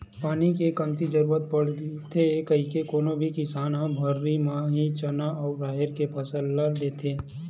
पानी के कमती जरुरत पड़थे कहिके कोनो भी किसान ह भर्री म ही चना अउ राहेर के फसल ल लेथे